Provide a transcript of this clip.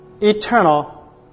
eternal